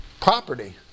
property